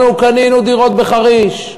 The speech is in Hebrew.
אנחנו קנינו דירות בחריש,